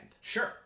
Sure